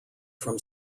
from